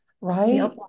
right